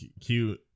cute